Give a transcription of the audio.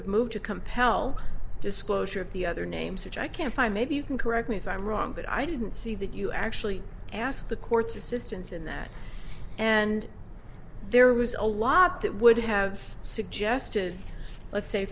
have moved to compel disclosure of the other names which i can't find maybe you can correct me if i'm wrong but i didn't see that you actually asked the courts assistance in that and there was a lot that would have suggested let's say